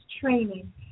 training